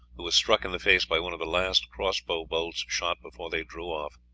who was struck in the face by one of the last crossbow bolts shot before they drew off.